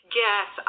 yes